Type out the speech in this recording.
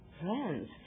friends